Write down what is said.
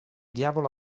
diavolo